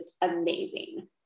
amazing